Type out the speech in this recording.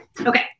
okay